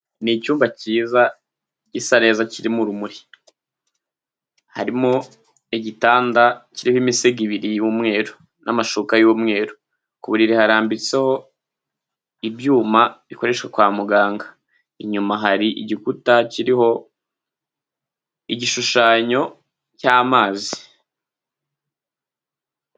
Ni icyumba kiza gisa neza kirimo urumuri, harimo igitanda kirimo imisego ibiri y'umweru n'amashuka y'umweru, ku buriri harambitseho ibyuma bikoreshwa kwa muganga, inyuma hari igikuta kiriho igishushanyo cy'amazi.